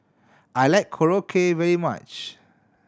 I like Korokke very much